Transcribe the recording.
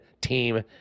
team